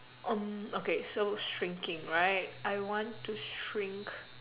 um okay so shrinking right I want to shrink